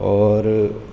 اور